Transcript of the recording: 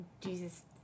Jesus